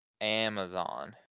Amazon